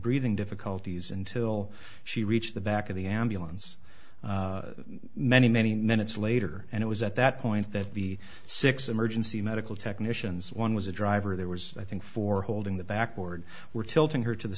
breathing difficulties until she reached the back of the ambulance many many minutes later and it was at that point that the six emergency medical technicians one was a driver there was i think four holding the back board were tilting her to the